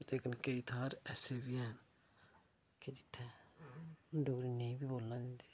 एह्दे कन्नै केईं थाह्र ऐसे बी हैन कि जित्थें डोगरी नेईं बी बोलना दिंदे